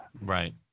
Right